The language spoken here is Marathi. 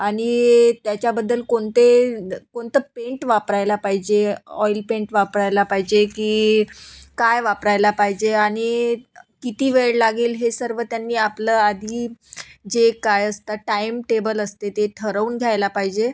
आणि त्याच्याबद्दल कोणते द कोणतं पेंट वापरायला पाहिजे आहे ऑइल पेंट वापरायला पाहिजे आहे की काय वापरायला पाहिजे आहे आणि किती वेळ लागेल हे सर्व त्यांनी आपलं आधी जे काय असतात टाइमटेबल असते ते ठरवून घ्यायला पाहिजे आहे